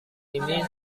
ini